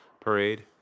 parade